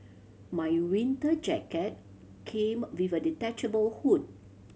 my winter jacket came with a detachable hood